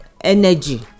energy